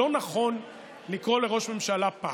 לא נכון לקרוא לראש ממשלה פח.